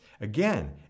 Again